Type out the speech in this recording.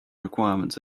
requirements